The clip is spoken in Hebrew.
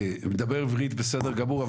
מדבר עברית בסדר גמור,